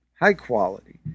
high-quality